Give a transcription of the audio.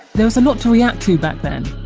there was a lot to react to back then.